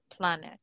planet